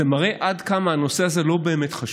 זה מראה עד כמה הנושא הזה לא באמת חשוב.